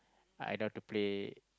I know how to play